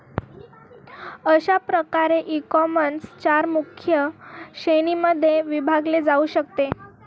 अशा प्रकारे ईकॉमर्स चार मुख्य श्रेणींमध्ये विभागले जाऊ शकते